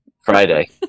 Friday